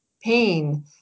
pain